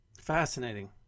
Fascinating